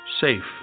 safe